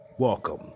Welcome